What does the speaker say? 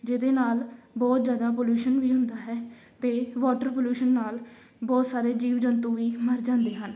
ਜਿਹਦੇ ਨਾਲ ਬਹੁਤ ਜ਼ਿਆਦਾ ਪੋਲਿਊਸ਼ਨ ਵੀ ਹੁੰਦਾ ਹੈ ਅਤੇ ਵੋਟਰ ਪੋਲਿਊਸ਼ਨ ਨਾਲ ਬਹੁਤ ਸਾਰੇ ਜੀਵ ਜੰਤੂ ਵੀ ਮਰ ਜਾਂਦੇ ਹਨ